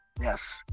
Yes